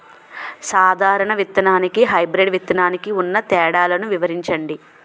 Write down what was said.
సాధారణ విత్తననికి, హైబ్రిడ్ విత్తనానికి ఉన్న తేడాలను వివరించండి?